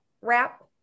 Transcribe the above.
wrap